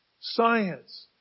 science